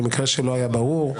למקרה שלא היה ברור,